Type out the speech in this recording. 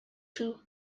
too